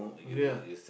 ya